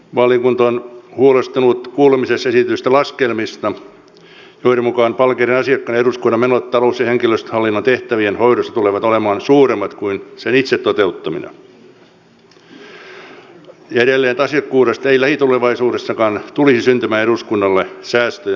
valiokunta on huolestunut kuulemisessa esitetyistä laskelmista joiden mukaan palkeiden asiakkaana eduskunnan menot talous ja henkilöstöhallinnon tehtävien hoidossa tulevat olemaan suuremmat kuin sen toteuttaminen itse ja edelleen joiden mukaan asiakkuudesta ei lähitulevaisuudessakaan tulisi syntymään eduskunnalle säästöjä mikä olisi ollut tärkeä tavoite